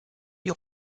die